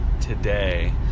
today